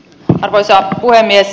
arvoisa puhemies